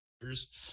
years